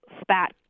spat